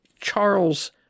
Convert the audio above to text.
Charles